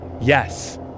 yes